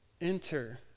enter